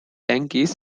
yankees